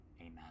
Amen